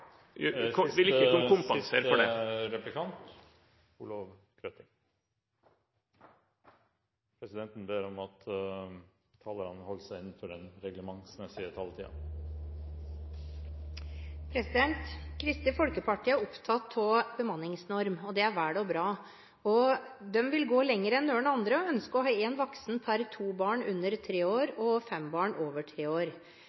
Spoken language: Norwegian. vil ikke kunne kompensere for det. Presidenten ber om at talerne holder seg innenfor den reglementsmessige taletiden. Kristelig Folkeparti er opptatt av en bemanningsnorm, og det er vel og bra. De vil gå lenger enn noen andre og ønsker å ha én voksen per to barn under tre år og fem barn over tre år.